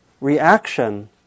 reaction